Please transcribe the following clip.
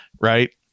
right